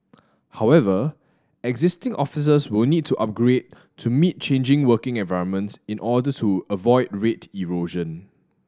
however existing offices will need to upgrade to meet changing working requirements in order to avoid rate erosion